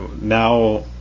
now